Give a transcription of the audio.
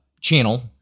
channel